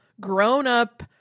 grown-up